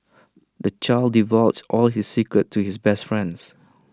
the child divulged all his secrets to his best friends